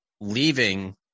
leaving